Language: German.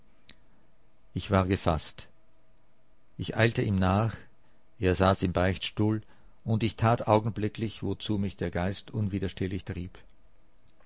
ich war gefaßt ich eilte ihm nach er saß im beichtstuhl und ich tat augenblicklich wozu mich der geist unwiderstehlich trieb